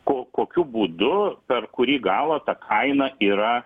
ko kokiu būdu per kurį galą ta kaina yra